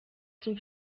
zum